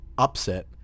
upset